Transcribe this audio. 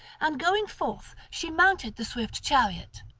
and going forth she mounted the swift chariot,